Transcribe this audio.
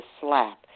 slap